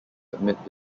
admit